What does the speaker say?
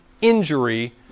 injury